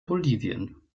bolivien